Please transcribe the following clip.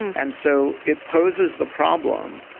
and so it poses the problem.